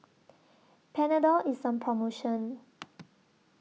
Panadol IS on promotion